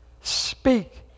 speak